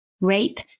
rape